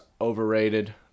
overrated